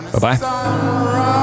bye-bye